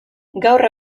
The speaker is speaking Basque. gaur